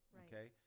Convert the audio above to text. okay